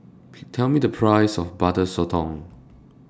Tell Me The priceS of Butter Sotong